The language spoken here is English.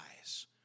eyes